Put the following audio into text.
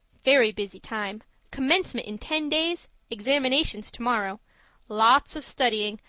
very busy time commencement in ten days, examinations tomorrow lots of studying,